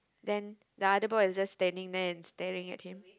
then the other boy is just standing there and staring at him